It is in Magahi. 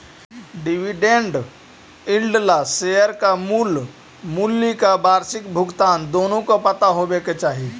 डिविडेन्ड यील्ड ला शेयर का मूल मूल्य और वार्षिक भुगतान दोनों का पता होवे चाही